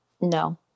no